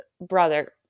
brother